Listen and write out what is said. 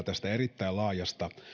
tästä erittäin laajasta